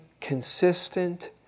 consistent